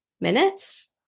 minutes